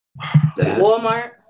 Walmart